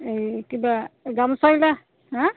এই কিবা গামোচাবিলাক হা